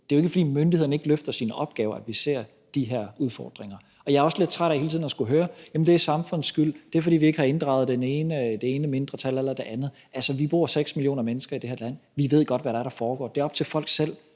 Det er jo ikke, fordi myndighederne ikke løfter deres opgaver, at vi ser de her udfordringer. Jeg er også lidt træt af hele tiden at skulle høre, at det er samfundets skyld, og at det er, fordi vi ikke har inddraget det ene eller det andet mindretal. Altså, vi bor 6 millioner mennesker i det her land; vi ved godt, hvad der foregår. Det er op til folk selv